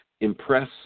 impress